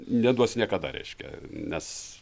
neduos niekada reiškia nes